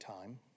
time